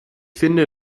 finde